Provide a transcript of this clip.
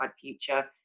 future